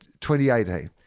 2018